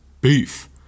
beef